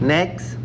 Next